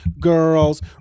girls